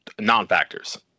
Non-factors